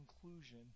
conclusion